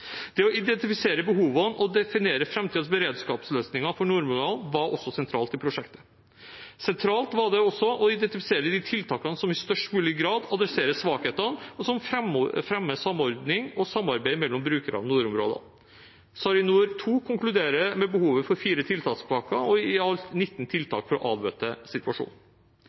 Det å identifisere behovene og definere framtidens beredskapsløsninger for nordområdene var også sentralt i prosjektet. Sentralt var det også å identifisere de tiltakene som i størst mulig grad adresserer svakheter, og som fremmer samordning og samarbeid mellom brukerne av nordområdene. SARiNOR2 konkluderer med behovet for fire tiltakspakker og i alt 19 tiltak for å avbøte situasjonen.